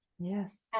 Yes